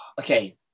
Okay